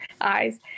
eyes